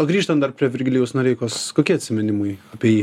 o grįžtant dar prie virgilijaus noreikos kokie atsiminimai apie jį